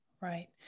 Right